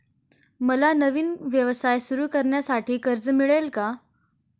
मला नवीन व्यवसाय सुरू करण्यासाठी कर्ज मिळेल का?